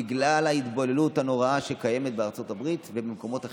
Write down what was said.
בגלל ההתבוללות הנוראה שקיימת בארצות הברית ובמקומות אחרים,